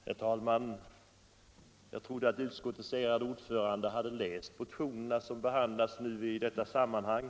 Herr talman! Jag trodde att utskottets ärade ordförande hade läst de motioner som behandlas i detta sammanhang.